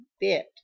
bit